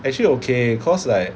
actually okay cause like